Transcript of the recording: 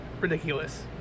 Ridiculous